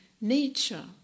nature